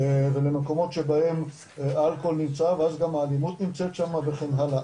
ולמקומות שבהם האלכוהול נמצא ואז גם האלימות נמצאת שמה וכן הלאה.